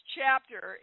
chapter